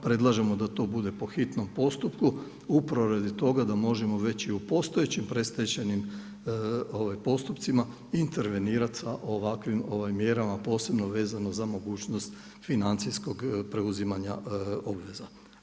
Predlažemo da to bude po hitnom postupku, upravo radi toga da možemo veći i u postojećim predstečajnim postupcima intervenirati sa ovakvim mjerama posebno vezano za mogućnost financijskog preuzimanja obveza.